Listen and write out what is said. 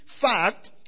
fact